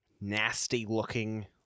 nasty-looking